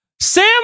Sam